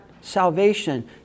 salvation